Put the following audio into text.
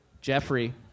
Jeffrey